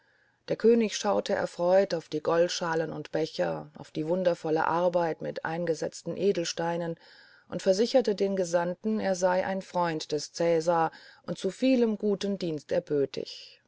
der könig schaute erfreut auf die goldschalen und becher auf die wundervolle arbeit mit eingesetzten edelsteinen und versicherte den gesandten er sei ein freund des cäsar und zu vielem guten dienst